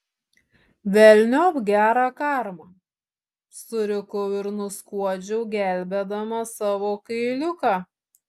velniop gerą karmą surikau ir nuskuodžiau gelbėdama savo kailiuką